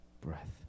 breath